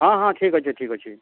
ହଁ ହଁ ଠିକ୍ ଅଛେ ଠିକ୍ ଅଛେ